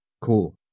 cool